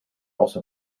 also